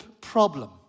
problem